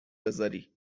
بذاری